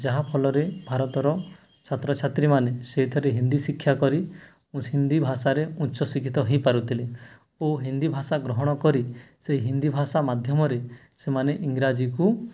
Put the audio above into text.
ଯାହାଫଳରେ ଭାରତର ଛାତ୍ରଛାତ୍ରୀମାନେ ସେଇଥିରେ ହିନ୍ଦୀ ଶିକ୍ଷା କରି ହିନ୍ଦୀ ଭାଷାରେ ଉଚ୍ଚ ଶିକ୍ଷିତ ହେଇପାରୁଥିଲେ ଓ ହିନ୍ଦୀ ଭାଷା ଗ୍ରହଣ କରି ସେଇ ହିନ୍ଦୀ ଭାଷା ମାଧ୍ୟମରେ ସେମାନେ ଇଂରାଜୀକୁ